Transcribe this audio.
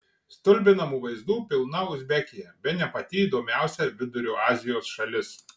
stulbinamų vaizdų pilna uzbekija bene pati įdomiausia vidurio azijos šalis